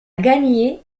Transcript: gagné